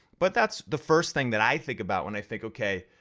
but that's the first thing that i think about when i think, okay,